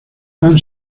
han